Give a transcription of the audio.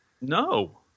No